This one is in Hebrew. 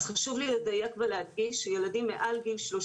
אז חשוב לי לדייק ולהדגיש שילדים מעל גיל 30